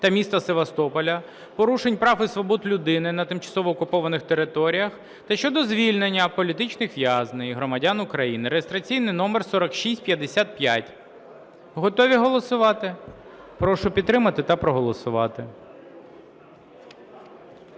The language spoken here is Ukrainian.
та міста Севастополь, порушень прав і свобод людини на тимчасово окупованих територіях та щодо звільнення політичних в’язнів – громадян України (реєстраційний номер 4655). Готові голосувати? Прошу підтримати та проголосувати.